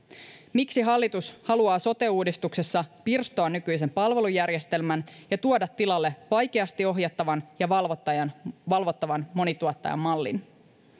miksi hallitus haluaa sote uudistuksessa pirstoa nykyisen palvelujärjestelmän ja tuoda tilalle vaikeasti ohjattavan ja valvottavan valvottavan monituottajamallin ja